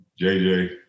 JJ